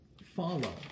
follow